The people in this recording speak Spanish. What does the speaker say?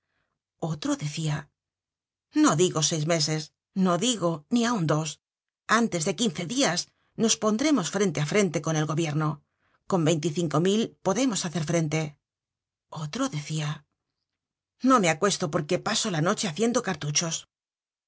otro decia no digo seis meses no digo ni aun dos antes de quince dias nos pondremos frente á frente con el gobierno con veinticinco mil podemos hacer frente otro decia no me acuesto porque paso la noche haciendo cartuchos